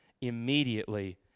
immediately